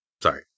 Sorry